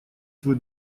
твой